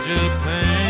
Japan